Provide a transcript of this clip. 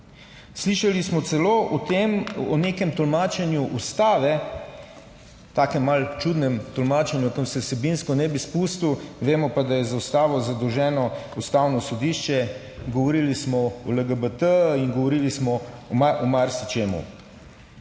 Slišali smo celo o nekem tolmačenju ustave, takem malo čudnem tolmačenju, tja se vsebinsko ne bi spustil, vemo pa, da je za ustavo zadolženo Ustavno sodišče. Govorili smo o LGBT in govorili smo o marsičem.